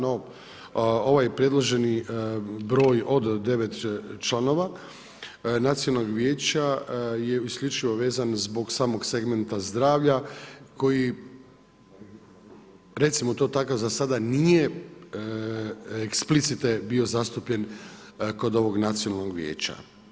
No ovaj predloženi broj od 9 članova nacionalnog vijeća, je isključivo vezan zbog samog segmenta zdravlja, koji recimo to tako, za sada, nije eksplicite da je bio zastupljen kod ovog nacionalnog vijeća.